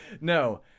no